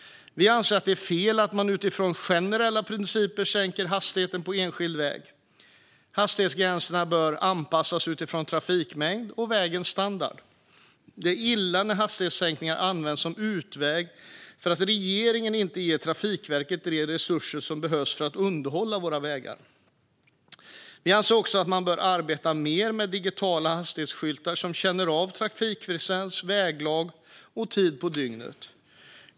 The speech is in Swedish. Vi anser att det är fel att man utifrån generella principer sänker hastigheten på enskilda vägar. Hastighetsgränserna bör anpassas utifrån trafikmängd och vägens standard. Det är illa när hastighetssänkningar används som utväg för att regeringen inte ger Trafikverket de resurser som behövs för att underhålla våra vägar. Vi anser också att man bör arbeta mer med digitala hastighetsskyltar som känner av trafikfrekvens, väglag och tid på dygnet.